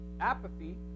apathy